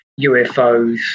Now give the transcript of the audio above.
UFOs